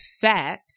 Fat